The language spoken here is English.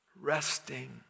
Resting